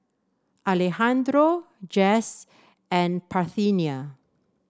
Alejandro Jess and Parthenia